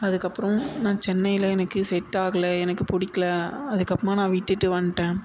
அதுக்கப்புறம் நான் சென்னையில் எனக்கு செட் ஆகலை எனக்கு பிடிக்கல அதுக்கப்புறமாக நான் விட்டுட்டு வந்துட்டேன்